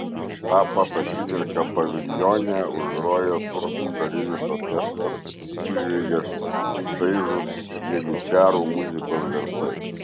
tą pat akimirką paviljone užgroja turkų karinis orkestras sužviegia šaižūs janyčarų muzikos garsai